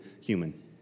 human